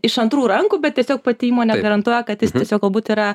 iš antrų rankų bet tiesiog pati įmonė garantuoja kad jis tiesiog galbūt yra